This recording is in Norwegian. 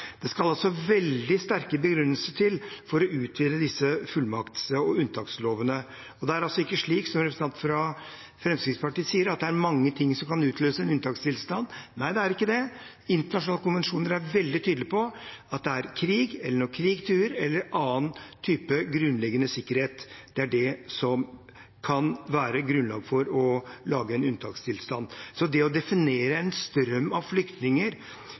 Det skal altså veldig sterke begrunnelser til for å utvide disse fullmakts- og unntakslovene. Det er ikke slik som representanten fra Fremskrittspartiet sier, at det er mange ting som kan utløse en unntakstilstand. Nei, det er ikke det. Internasjonale konvensjoner er veldig tydelige på at det er ved krig, når krig truer, eller når annen type grunnleggende sikkerhet er i fare, at det kan være grunnlag for en unntakstilstand. Det å definere en strøm av flyktninger